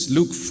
Luke